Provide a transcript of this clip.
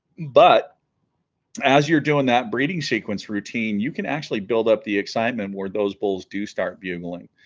but as you're doing that breeding sequence routine you can actually build up the excitement where those bulls do start bugling